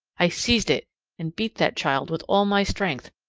i seized it and beat that child with all my strength,